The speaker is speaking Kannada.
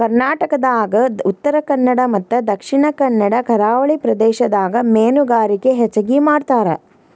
ಕರ್ನಾಟಕದಾಗ ಉತ್ತರಕನ್ನಡ ಮತ್ತ ದಕ್ಷಿಣ ಕನ್ನಡ ಕರಾವಳಿ ಪ್ರದೇಶದಾಗ ಮೇನುಗಾರಿಕೆ ಹೆಚಗಿ ಮಾಡ್ತಾರ